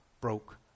broke